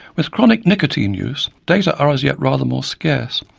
with chronic nicotine use data are as yet rather more scarce,